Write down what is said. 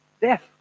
Death